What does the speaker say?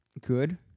good